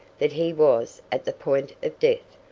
that he was at the point of death.